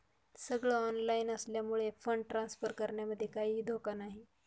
सगळ ऑनलाइन असल्यामुळे fund transfer करण्यामध्ये काहीही धोका नाही